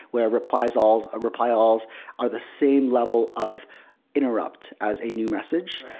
where replies all, ah reply all are the same level of interrupt as a new message.